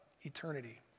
eternity